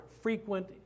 frequent